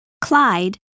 Clyde